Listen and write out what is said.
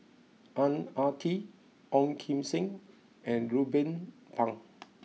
Ang Ah Tee Ong Kim Seng and Ruben Pang